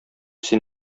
син